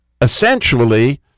essentially